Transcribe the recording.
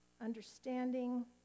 understanding